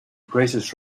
greatest